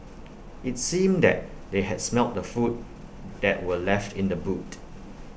IT seemed that they had smelt the food that were left in the boot